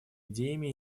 идеями